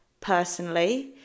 personally